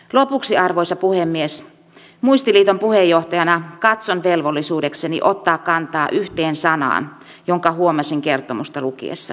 lopuksi arvoisa puhemies muistiliiton puheenjohtajana katson velvollisuudekseni ottaa kantaa yhteen sanaan jonka huomasin kertomusta lukiessani